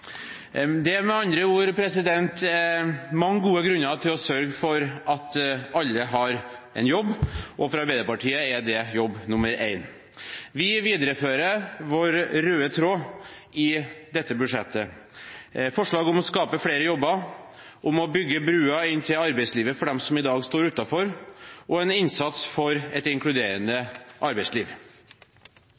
Det er med andre ord mange gode grunner til å sørge for at alle har en jobb, og for Arbeiderpartiet er det jobb nr. 1. Vi viderefører vår røde tråd i dette budsjettet, med forslag om å skape flere jobber, om å bygge broer inn til arbeidslivet for dem som i dag står utenfor, og om en innsats for et inkluderende arbeidsliv.